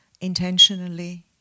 intentionally